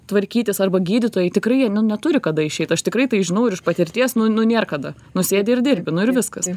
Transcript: tvarkytis arba gydytojai tikrai jie nu neturi kada išeit aš tikrai tai žinau ir iš patirties nu nu nėr kada nu sėdi ir dirbi nu ir viskas